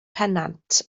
pennant